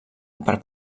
per